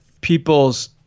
people's